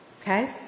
Okay